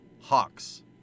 Hawks